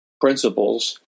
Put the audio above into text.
principles